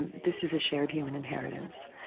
and this is a shared human inheritance,